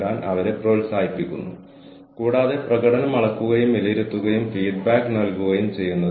ഞാൻ നിങ്ങൾക്ക് ഒരു ഉദാഹരണം നൽകിയിട്ടുണ്ട് എനിക്ക് നന്നായി അറിയാം